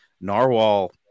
narwhal